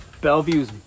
Bellevue's